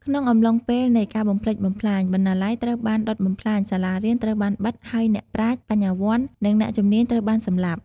ក្នុងអំឡុងពេលនៃការបំផ្លិចបំផ្លាញ បណ្ណាល័យត្រូវបានដុតបំផ្លាញ សាលារៀនត្រូវបានបិទ ហើយអ្នកប្រាជ្ញ បញ្ញវន្ត និងអ្នកជំនាញត្រូវបានសម្លាប់។